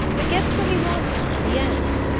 but gets where he wants to in the end.